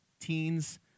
teens